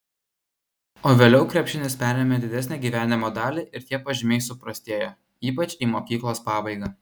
o vėliau krepšinis perėmė didesnę gyvenimo dalį ir tie pažymiai suprastėjo ypač į mokyklos pabaigą